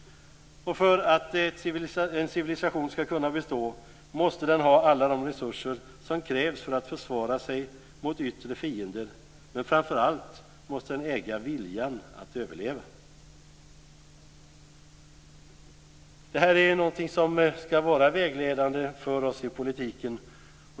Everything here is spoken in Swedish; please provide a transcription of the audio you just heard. För att en civilisation ska kunna bestå måste den ha alla de resurser som krävs för att försvara sig mot yttre fiender, men framför allt måste den äga viljan att överleva. Det här är någonting som ska vara vägledande för oss i politiken.